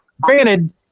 granted